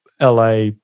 LA